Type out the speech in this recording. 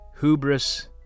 hubris